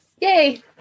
Yay